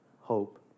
hope